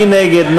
מי נגד?